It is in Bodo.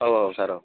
औ औ सार औ